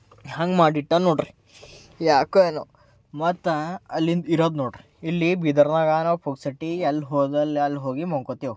ಹಂಗ ಮಾಡಿಟ್ಟಾನೆ ನೋಡ್ರಿ ಯಾಕೋ ಏನೊ ಮತ್ತೆ ಅಲ್ಲಿಂದ ಇರೋದು ನೋಡ್ರಿ ಇಲ್ಲಿ ಬೀದರ್ದಾಗೆ ನಾವು ಪುಕ್ಕಟ್ಟೆ ಎಲ್ಲಿ ಹೋದಲ್ಲಿ ಎಲ್ಲಿ ಹೋಗಿ ಮಲ್ಕೋತೇವೆ